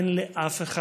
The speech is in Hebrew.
אין לאף אחד.